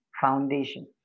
foundation